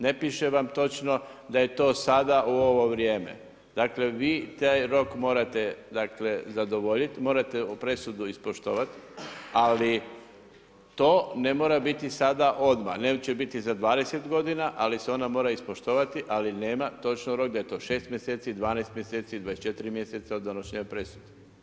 Ne piše vam točno daje to sada u ovo vrijeme. dakle, vi taj rok morate zadovoljiti, morate presudu ispoštovati, ali to ne mora biti sada odmah nego će biti za 20 godina, ali se ona mora ispoštovati, ali nema točno roka daje to 6 mjeseci, 12 mjeseci, 24 mjeseca od donošenja presude.